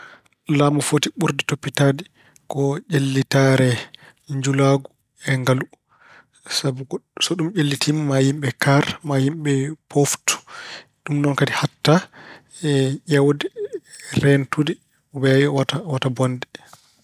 Laamu foti ɓurde toppitaade ko ƴellitaare njulaagu e ngalu sabu ko so ɗum ƴellitiima maa yimɓe kaar, maa yimɓe pooftu. Ɗum ɗoon kadi haɗtaa ƴeewde, reentude weeyo wota bonde.